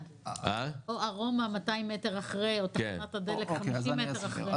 או ארומה 200 מטר אחרי או תחנת הדלק 50 מטר אחרי.